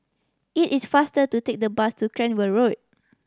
it is faster to take the bus to Cranwell Road